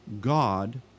God